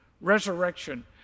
Resurrection